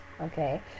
okay